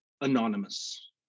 anonymous